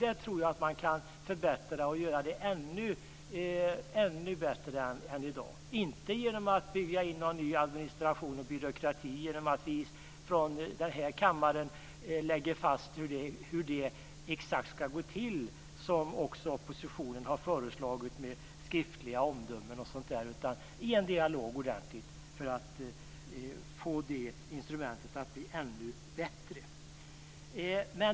Där tror jag att man kan göra det ännu bättre än vad det är i dag, inte genom att bygga upp en ny administration och byråkrati genom att vi från kammaren lägger fast exakt hur det ska gå till med - som oppositionen har föreslagit - med skriftliga omdömen och sådant. Man måste föra en ordentlig dialog för att få det instrumentet att bli ännu bättre.